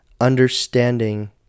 understanding